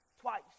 twice